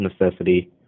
necessity